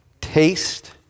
Taste